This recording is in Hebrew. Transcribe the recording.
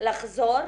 לחזור